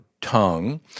tongue